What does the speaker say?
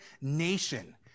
nation